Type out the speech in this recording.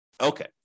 Okay